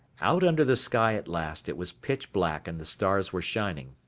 out under the sky at last it was pitch black and the stars were shining.